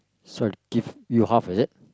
sorry give you half is it